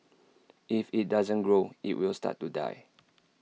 if IT doesn't grow IT will start to die